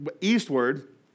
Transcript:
eastward